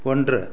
ஒன்று